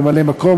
ממלא-מקום,